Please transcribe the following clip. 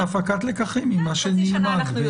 הפקת לקחים ממה שנלמד.